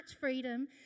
freedom